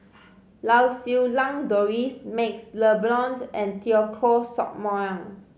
Lau Siew Lang Doris MaxLe Blond and Teo Koh Sock Miang